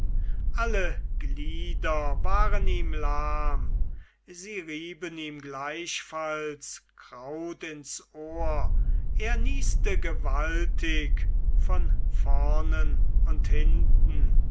alle glieder waren ihm lahm sie rieben ihm gleichfalls kraut ins ohr er nieste gewaltig von vornen und hinten